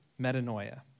metanoia